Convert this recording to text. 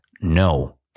no